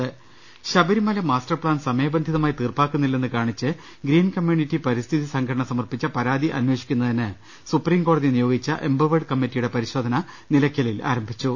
രുട്ട്ട്ട്ട്ട്ട്ട്ട്ട Sabarimala master plan സമയബന്ധിതമായി തീർപ്പാക്കുന്നില്ലെന്ന് കാണിച്ച് ഗ്രീൻ കമ്മ്യൂണിറ്റി പരിസ്ഥിതി സംഘടന സമർപ്പിച്ച പരാതി അന്വേ ഷിക്കുന്നതിന് സുപ്രീംകോടതി നിയോഗിച്ച എംപവേർഡ് കമ്മിറ്റിയുടെ പരി ശോധന നിലയ്ക്കലിൽ ആരംഭിച്ചു